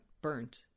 burnt